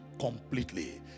completely